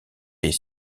des